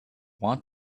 want